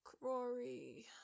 Rory